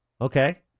Okay